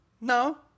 No